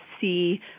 see